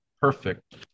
perfect